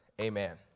Amen